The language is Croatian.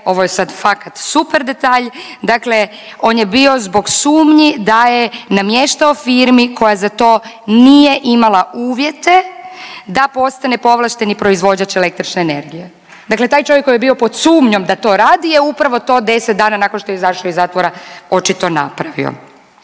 ovo je sada fakat super detalj, dakle on je bio zbog sumnji da je namještao firmi koja za to nije imala uvjete da postane povlašteni proizvođač električne energije. Dakle, taj čovjek koji je bio pod sumnjom da to radi je upravo to 10 dana nakon što je izašao iz zatvora očito napravio.